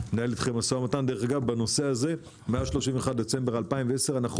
מנהל אתם משא ומתן אגב בנושא הזה מאז31.12.2010 אנחנו